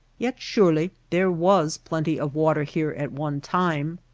yet surely there was plenty of water here at one time.